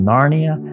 Narnia